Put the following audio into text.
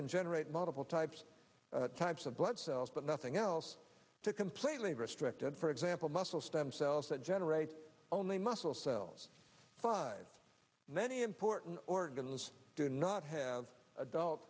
can generate multiple types types of blood cells but nothing else to completely restricted for example muscle stem cells that generate only muscle cells five then the important organs do not have adult